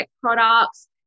products